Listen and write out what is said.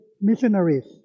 missionaries